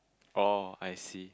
oh I see